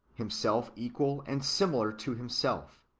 himself equal and similar to himself,